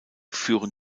führen